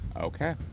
Okay